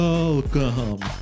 Welcome